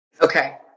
Okay